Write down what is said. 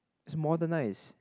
it's modernised